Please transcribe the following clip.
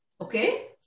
okay